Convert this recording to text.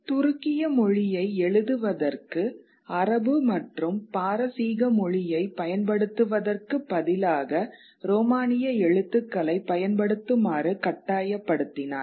துருக்கிய மொழியை எழுதுவதற்கு அரபு மற்றும் பாரசீக மொழியைப் பயன்படுத்துவதற்குப் பதிலாக ரோமானிய எழுத்துக்களைப் பயன்படுத்துமாறு கட்டாயப்படுத்தினார்